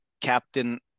captain